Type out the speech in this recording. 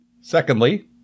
Secondly